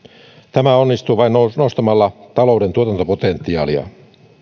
tämä onnistuu vain nostamalla talouden tuotantopotentiaalia